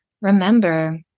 remember